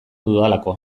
dudalako